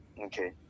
Okay